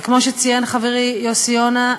וכמו שציין חברי יוסי יונה,